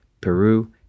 Peru